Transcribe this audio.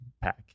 pack